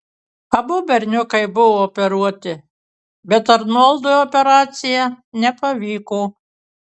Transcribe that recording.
abu berniukai buvo operuoti bet arnoldui operacija nepavyko